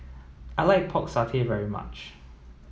I like pork satay very much